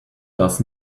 does